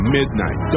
midnight